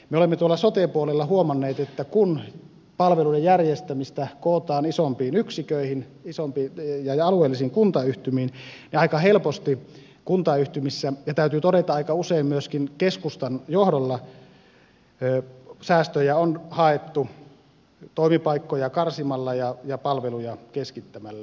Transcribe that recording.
me olemme tuolla sote puolella huomanneet että kun palvelujen järjestämistä kootaan isompiin yksiköihin ja alueellisiin kuntayhtymiin niin aika helposti kuntayhtymissä ja täytyy todeta että aika usein myöskin keskustan johdolla säästöjä on haettu toimipaikkoja karsimalla ja palveluja keskittämällä